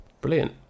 Brilliant